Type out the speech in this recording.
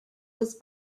was